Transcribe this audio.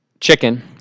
chicken